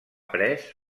pres